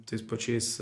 tais pačiais